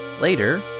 Later